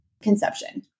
conception